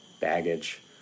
baggage